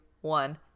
one